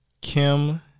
Kim